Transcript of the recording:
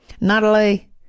natalie